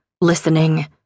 listening